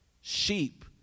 Sheep